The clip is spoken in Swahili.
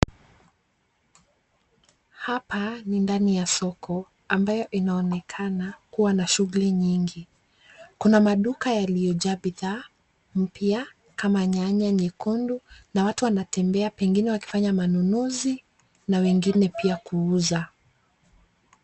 Hapa ni ndani ya soko ambayo inaonekana kuwa na shughuli nyingi. Kuna maduka yaliyojaa bidhaa mpya kama nyanya nyekundu na watu wanatembea pengine wakifanya manunuzi na wengine pia kuuza.